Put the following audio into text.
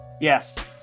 Yes